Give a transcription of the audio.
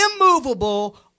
immovable